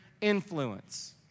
influence